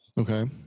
Okay